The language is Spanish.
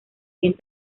bien